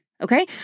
Okay